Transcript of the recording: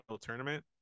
tournament